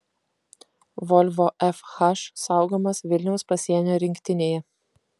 volvo fh saugomas vilniaus pasienio rinktinėje